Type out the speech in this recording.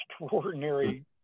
extraordinary